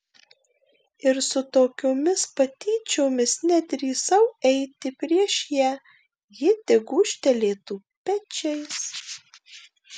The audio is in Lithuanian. ir su tokiomis patyčiomis nedrįsau eiti prieš ją ji tik gūžtelėtų pečiais